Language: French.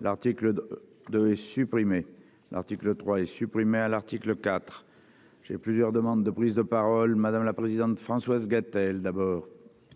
l'article 2 de supprimer l'article 3 est supprimé à l'article IV. J'ai plusieurs demandes de prise de parole madame la présidente Françoise Gatel d'abord.